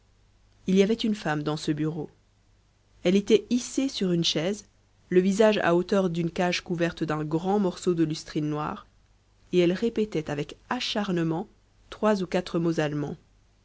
il y avait une femme dans ce bureau elle était hissée sur une chaise le visage à hauteur d'une cage couverte d'un grand morceau de lustrine noire et elle répétait avec acharnement trois ou quatre mots allemands